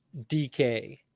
DK